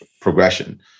progression